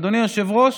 אדוני היושב-ראש,